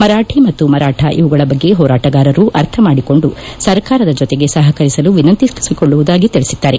ಮರಾಠಿ ಮತ್ತು ಮರಾಠ ಇವುಗಳ ಬಗ್ಗೆ ಹೋರಾಟಗಾರರು ಅರ್ಥ ಮಾಡಿಕೊಂಡು ಸರ್ಕಾರದ ಜೊತೆಗೆ ಸಪಕರಿಸಲು ವಿನಂತಿಸಿಕೊಳ್ಳುವುದಾಗಿ ತಿಳಿಸಿದ್ದಾರೆ